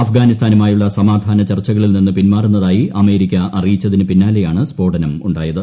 അഫ്ഗാനിസ്ഥാനുമായുള്ള സമാധാന ചർച്ചകളിൽ നിന്ന് പിൻമാറൂന്നതായി അമേരിക്ക അറിയിച്ചതിനു പിന്നാലെയാണ് സ്ഫോടനീം ഉണ്ടായത്